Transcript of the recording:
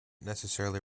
necessarily